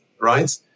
right